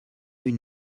une